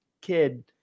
kid